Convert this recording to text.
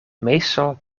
meestal